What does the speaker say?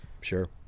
Sure